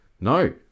no